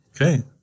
Okay